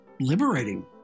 liberating